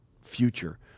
future